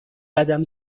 قدم